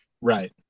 Right